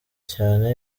cyane